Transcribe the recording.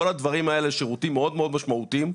כל הדברים האלה שירותים מאוד מאוד משמעותיים.